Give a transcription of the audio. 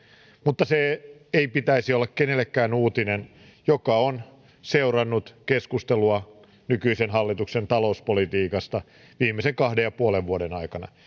mutta sen ei pitäisi olla uutinen kenellekään joka on seurannut keskustelua nykyisen hallituksen talouspolitiikasta viimeisen kahden ja puolen vuoden aikana